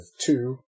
two